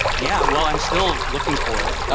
yeah! well i'm still looking for it, to but